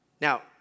Now